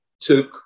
took